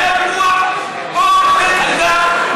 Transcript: אם היה פיגוע או שבאמת הייתה טרגדיה,